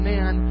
Man